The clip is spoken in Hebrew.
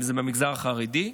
אם זה במגזר החרדי.